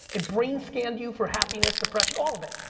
it brain scanned you for happiness, depression, all of it.